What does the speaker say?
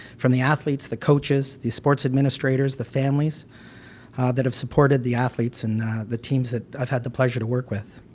from the athletes, the coaches the sports administrators, the families that have supported the athletes, and the teams that i've had the pleasure to work with.